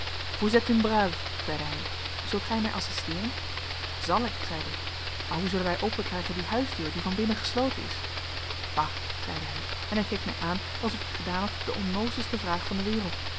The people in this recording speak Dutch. brave zeide hij zult gij mij assisteeren zal ik zeide ik maar hoe zullen wij openkrijgen die huisdeur die van binnen gesloten is bah zeide hij en hij keek mij aan alsof ik gedaan had de onnoozelste vraag van de wereld